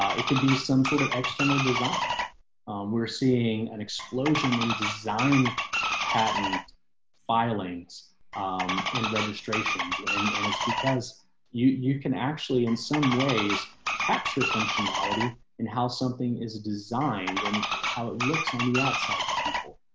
ah it can be some sort of external design we're seeing an explosion in design patent filings um and registrations. and and it's because you you can actually, in some ways, capture functionality and how something is designed and how it looks on the outside people